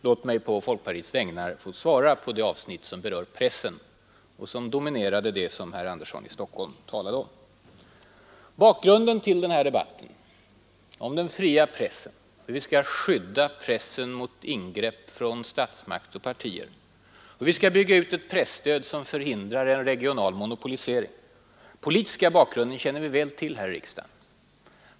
Låt mig på folkpartiets vägnar få svara på det avsnitt som berör pressen och som dominerade det som herr Sten Andersson i Stockholm talade om. Den politiska bakgrunden till den här debatten om den fria pressen — hur vi skall skydda pressen mot ingrepp från statsmakt och partier, hur vi skall bygga ut ett presstöd som förhindrar en regional monopolisering — känner vi väl till här i riksdagen.